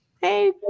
Hey